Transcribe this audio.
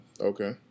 Okay